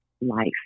life